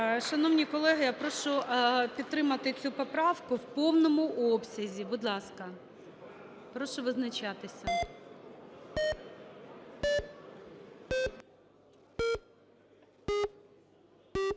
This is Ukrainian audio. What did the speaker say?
Шановні колеги, я прошу підтримати цю поправку в повному обсязі. Будь ласка, прошу визначатися.